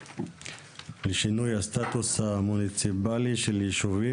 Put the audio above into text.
לשינוי הסטטוס המוניציפאלי של יישובים,